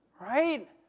Right